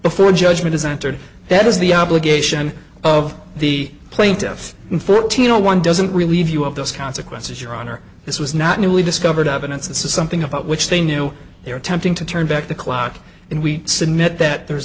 before a judgment is entered that is the obligation of the plaintiffs in fourteen zero one doesn't relieve you of those consequences your honor this was not newly discovered evidence this is something about which they knew they were attempting to turn back the clock and we submit that there is